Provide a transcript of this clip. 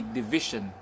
division